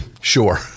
Sure